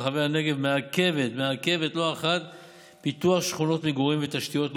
מעכבת לא אחת פיתוח שכונות מגורים ותשתיות לאומיות,